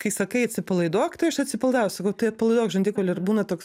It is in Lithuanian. kai sakai atsipalaiduok tai aš atsipalaidavus sakau tai atpalaiduok žandikaulį ir būna toks